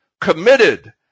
committed